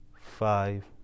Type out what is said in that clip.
five